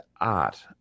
art